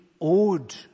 owed